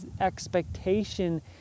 expectation